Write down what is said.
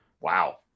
Wow